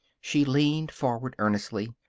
she leaned forward, earnestly.